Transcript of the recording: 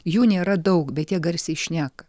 jų nėra daug bet jie garsiai šneka